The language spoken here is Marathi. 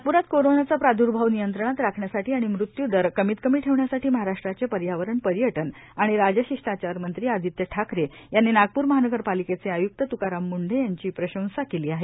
नागप्रात कोरोनाचा प्रादुर्भाव नियंत्रणात राखण्यासाठी आणि मृत्यू दर कमीत कमी ठेवण्यासाठी महाराष्ट्राचे पर्यावरण पर्यटन आणि राजशिष्टाचार मंत्री आदित्य ठाकरे यांनी नागपूर महानगरपालिकेचे आयुक्त तुकाराम मुंढे यांची प्रशंसा केली आहे